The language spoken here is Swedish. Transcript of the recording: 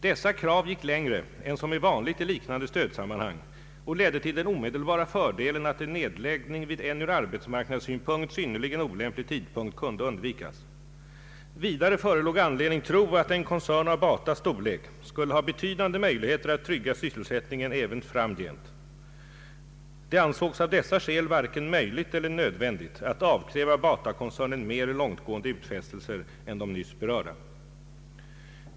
Dessa krav gick längre än som är vanligt i liknande stödsammanhang och ledde till den omedelbara fördelen, att en nedläggning vid en ur arbetsmarknadssynpunkt synnerligen olämplig tidpunkt kunde undvikas. Vidare förelåg anledning tro, att en koncern av Batas storlek skulle ha betydande möjligheter att trygga sysselsättningen även framgent. Det ansågs av dessa skäl varken möjligt eller nödvändigt att avkräva Batakoncernen mer långtgående utfästelser än de nyss berörda.